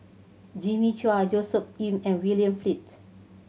Jimmy Chua Joshua Ip and William Flint